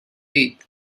اید